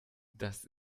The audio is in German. das